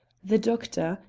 the doctor,